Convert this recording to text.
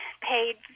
paid